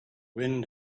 wind